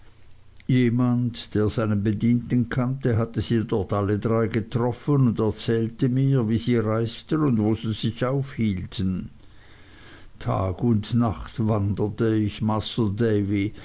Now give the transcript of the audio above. jemand der seinen bedienten kannte hatte sie dort alle drei getroffen und erzählte mir wie sie reisten und wo sie sich aufhielten tag und nacht wanderte ich masr davy